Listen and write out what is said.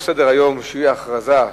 הגבול ג'למה על הולכי רגל אזרחי ישראל,